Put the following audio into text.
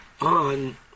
on